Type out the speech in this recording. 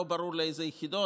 לא ברור לאיזה יחידות,